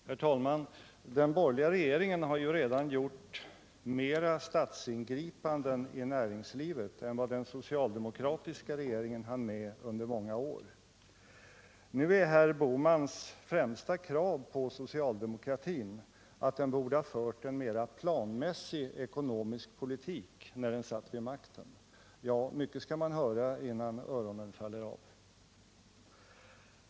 Herr talman! Den borgerliga regeringen har redan gjort mera statsingripanden i näringslivet än vad den socialdemokratiska regeringen hann med under många år. Nu är herr Boh mans främsta kritik mot socialdemokratin att den borde ha fört en mera planmässig ekonomisk politik när den satt vid makten. Ja, mycket skall man höra innan öronen faller av!